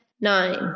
nine